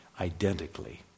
identically